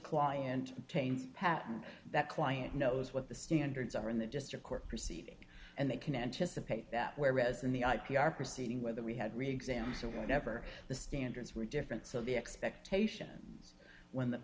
client taints patent that client knows what the standards are in the district court proceeding and they can anticipate that whereas in the i p r proceeding whether we had reexamined so whatever the standards were different so the expectation when the